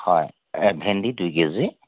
হয় এ ভেন্দী দুই কেজি